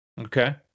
Okay